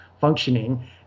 functioning